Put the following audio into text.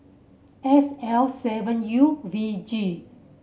S L seven U V G